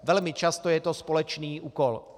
Velmi často je to společný úkol.